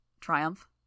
Triumph